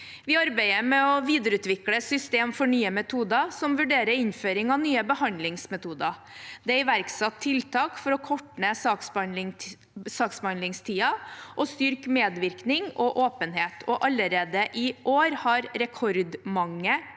Vi arbeider med å videreutvikle system for Nye metoder, som vurderer innføring av nye behandlingsmetoder. Det er iverksatt tiltak for å korte ned saksbehandlingstiden og styrke medvirkning og åpenhet, og allerede i år har rekordmange